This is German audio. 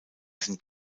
sind